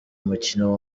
umukino